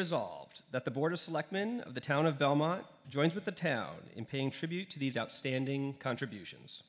resolved that the board of selectmen the town of belmont joins with the town in paying tribute to these outstanding contributions